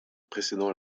précédant